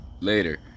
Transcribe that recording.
later